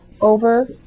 over